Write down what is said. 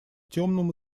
темном